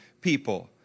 people